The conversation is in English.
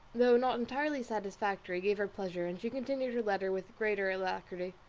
though not entirely satisfactory, gave her pleasure, and she continued her letter with greater alacrity.